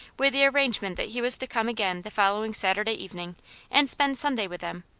with the arrangement that he was to come again the following saturday evening and spend sunday with them,